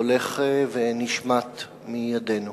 הולך ונשמט מידינו,